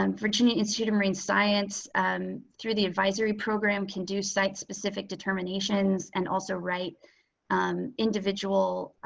um virginia institute of marine science through the advisory program can do site specific determinations and also write individual